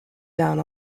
down